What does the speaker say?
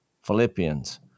Philippians